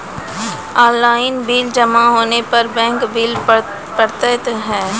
Online bill जमा होने पर बैंक बिल पड़तैत हैं?